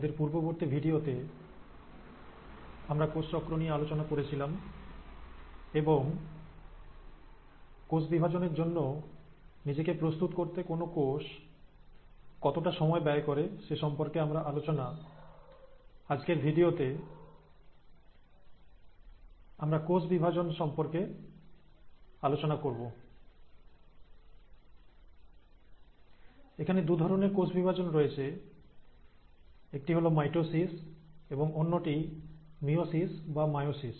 আমাদের পূর্ববর্তী ভিডিওতে আমরা কোষ চক্র নিয়ে আলোচনা করেছিলাম এবং কোষ বিভাজনের জন্য নিজেকে প্রস্তুত করতে কোন কোষ কতটা সময় ব্যয় করে সে সম্পর্কে আমরা আলোচনা আজকের ভিডিওতে আমরা কোষ বিভাজন সম্পর্কে আলোচনা করব এখানে দু ধরনের কোষ বিভাজন রয়েছে একটি হলো মাইটোসিস এবং অন্যটি মিয়োসিস বা মায়োসিস